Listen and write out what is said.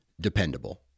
dependable